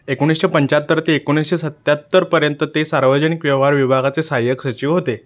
एकोणीसशे पंच्याहत्तर ते एकोणीसशे सत्त्याहत्तरपर्यंत ते सार्वजनिक व्यवहार विभागाचे सहाय्यक सचिव होते